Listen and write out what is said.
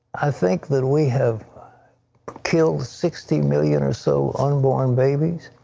i think that we have killed sixty million or so unborn babies.